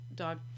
dog